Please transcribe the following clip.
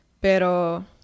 Pero